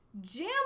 Jam